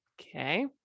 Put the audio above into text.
okay